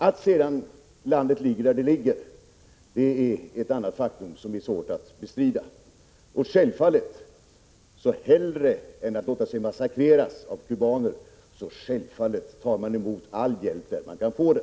Att landet ligger där det ligger är ett faktum som är svårt att bestrida. Hellre än att låta sig massakreras av cubaner tar man självfallet emot all hjälp där man kan få den.